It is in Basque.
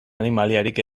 animaliarik